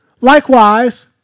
Likewise